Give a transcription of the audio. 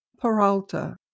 Peralta